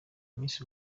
miss